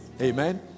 amen